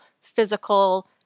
physical